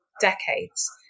decades